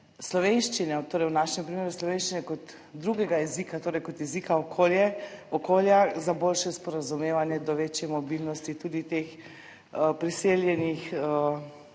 slovenščine, torej v našem primeru slovenščine kot drugega jezika, torej kot jezika okolja za boljše sporazumevanje do večje mobilnosti tudi teh priseljenih,